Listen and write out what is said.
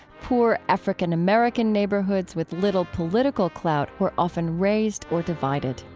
poor african-american neighborhoods with little political clout were often razed or divided.